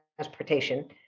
transportation